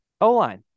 O-line